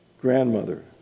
grandmother